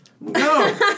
No